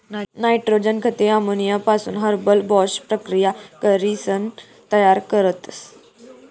nitrogen खते अमोनियापासून Haber Bosch प्रकिया करीसन तयार करतस